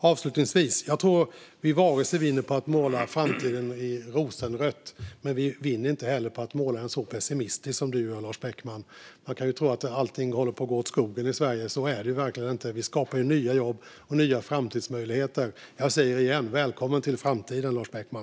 Avslutningsvis tror jag inte att vi vinner på att måla framtiden i rosenrött, men vi vinner inte heller på att måla den så pessimistiskt som Lars Beckman gör. Man kan ju tro att allting håller på att gå åt skogen i Sverige. Så är det verkligen inte - vi skapar nya jobb och nya framtidsmöjligheter. Jag säger det igen: Välkommen till framtiden, Lars Beckman!